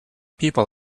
people